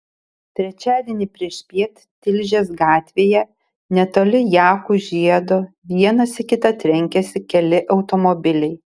trečiadienį priešpiet tilžės gatvėje netoli jakų žiedo vienas į kitą trenkėsi keli automobiliai